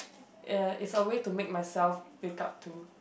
uh it's a way to make myself wake up too